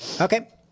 Okay